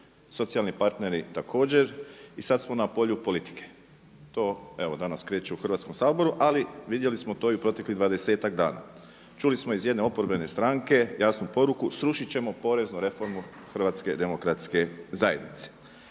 socijalni partneri također. I sad smo na polju politike. To evo danas kreću u Hrvatskom saboru, ali vidjeli smo to i u proteklih 20-tak dana. Čuli smo iz jedne oporbene stranke jasnu poruku srušit ćemo poreznu reformu Hrvatske demokratske zajednice.